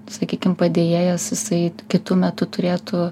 sakykim padėjėjas jisai kitu metu turėtų